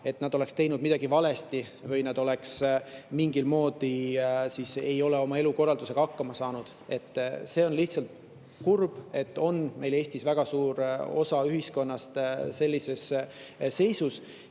teised, oleksid teinud midagi valesti või ei oleks mingitmoodi oma elukorraldusega hakkama saanud. On lihtsalt kurb, et meil Eestis on väga suur osa ühiskonnast sellises seisus.